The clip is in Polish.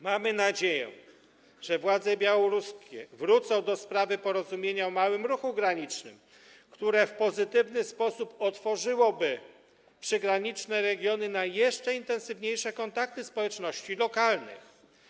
Mamy nadzieję, że władze białoruskie wrócą do sprawy porozumienia o małym ruchu granicznym, które w pozytywny sposób otworzyłoby przygraniczne regiony na jeszcze intensywniejsze kontakty społeczności lokalnych.